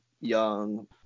young